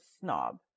snob